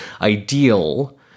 ideal